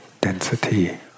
density